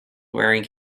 wearing